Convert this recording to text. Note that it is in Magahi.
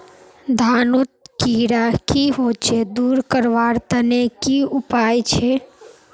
धानोत कीड़ा की होचे दूर करवार तने की उपाय छे?